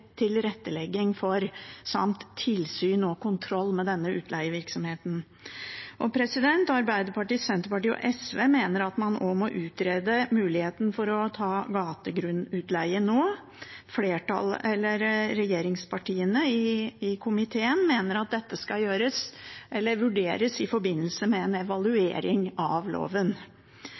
tilrettelegging for og tilsyn og kontroll med denne utleievirksomheten. Arbeiderpartiet, Senterpartiet og SV mener at man også må utrede muligheten for å ta gategrunnutleie nå. Regjeringspartiene i komiteen mener at dette skal vurderes i forbindelse med en evaluering av loven.